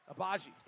Abaji